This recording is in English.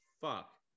Fuck